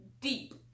deep